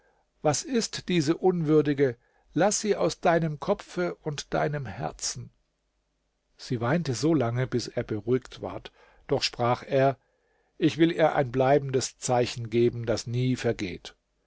was ist diese unwürdige laß sie aus deinem kopfe und deinem herzen sie weinte so lange bis er beruhigt ward doch sprach er ich will ihr ein bleibendes zeichen geben das nie vergeht